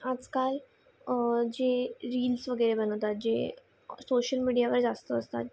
आजकाल जे रील्स वगैरे बनवतात जे सोशल मीडियावर जास्त असतात